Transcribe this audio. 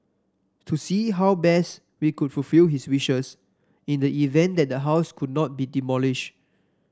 to see how best we could fulfil his wishes in the event that the house could not be demolish